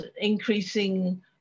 increasing